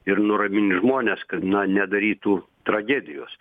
ir nuramint žmones kad na nedarytų tragedijos